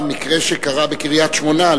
המקרה שקרה בקריית-שמונה,